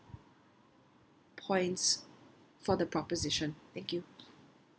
points for the proposition thank you